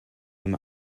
him